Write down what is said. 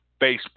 Facebook